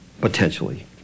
potentially